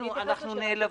אנחנו נעלבים.